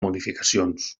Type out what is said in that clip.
modificacions